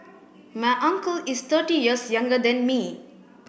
my uncle is thirty years younger than me